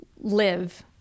live